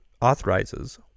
authorizes